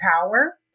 Power